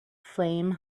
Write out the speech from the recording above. flame